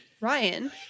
ryan